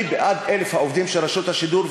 אני בעד 1,000 העובדים של רשות השידור.